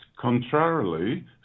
contrarily